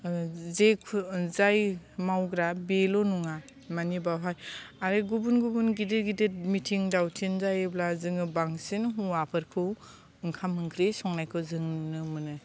जेखुनु जाय मावग्रा बेल' नङा माने बावहाय आरो गुबुन गुबुन गिदिर गिदिर मिटिं दावथिं जायोब्ला जोङो बांसिन हौवाफोरखौ ओंखाम ओंख्रि संनायखौ जों नुनो मोनो